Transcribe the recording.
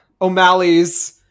O'Malley's